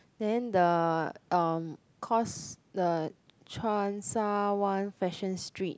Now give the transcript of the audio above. then the um cause the Cheung Sha Wan fashion street